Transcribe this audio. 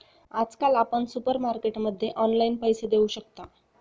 आजकाल आपण सुपरमार्केटमध्ये ऑनलाईन पैसे देऊ शकता